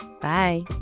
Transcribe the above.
Bye